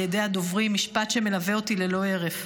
ידי הדוברים משפט שמלווה אותי ללא הרף: